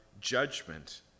judgment